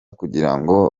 kugirango